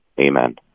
Amen